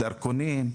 דרכונים,